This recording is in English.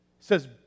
says